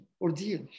ordeal